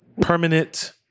permanent